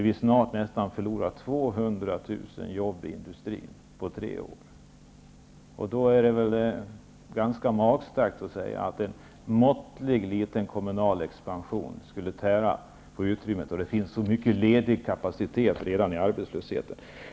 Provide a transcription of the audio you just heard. Vi har snart förlorat nästan 200 000 jobb i industrin på tre år. Då är det ganska magstarkt att säga att en måttlig kommunal expansion skulle tära på utrymmet. Det finns redan så mycket ledig kapacitet i arbetslösheten.